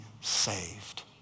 saved